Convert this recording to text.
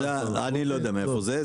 אני לא יודע מאיפה הנתון הזה.